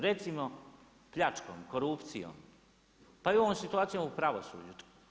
Recimo, pljačkom, korupcijom, pa i ovom situacijom u pravosuđu.